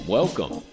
Welcome